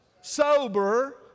Sober